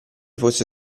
fosse